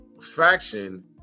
faction